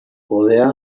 kodea